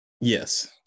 yes